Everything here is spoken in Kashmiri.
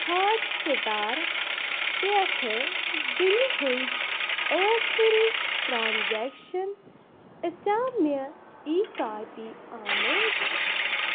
ہاٹ سٕٹار پٮ۪ٹھٕ بِلہِ ہٕنٛز ٲخری ٹرٛانزٮ۪کشَن ٲسیٛا مےٚ ای کاپی آمٕژ